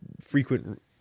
frequent